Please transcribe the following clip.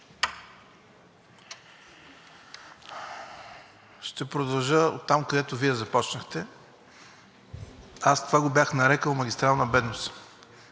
Ще продължа оттам, откъдето Вие започнахте. Това го бях нарекъл магистрална бедност,